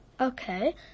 Okay